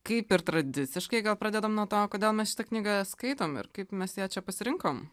kaip ir tradiciškai gal pradedam nuo to kodėl mes šitą knygą skaitome ir kaip mes ją čia pasirinkom